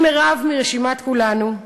אני מירב מרשימת כולנו,